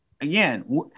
again